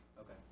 Okay